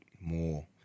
more